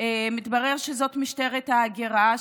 מתברר שזאת משטרת ההגירה.